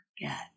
forget